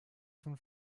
von